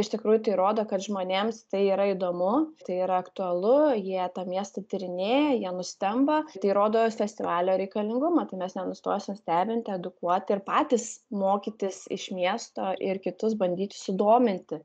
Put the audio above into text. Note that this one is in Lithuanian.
iš tikrųjų tai rodo kad žmonėms tai yra įdomu tai yra aktualu jie tą miestą tyrinėja jie nustemba tai rodo festivalio reikalingumą tai mes nenustosim stebinti edukuoti ir patys mokytis iš miesto ir kitus bandyti sudominti